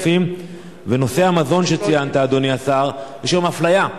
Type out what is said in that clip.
ובנושא המזון שציינת, אדוני השר, יש היום אפליה.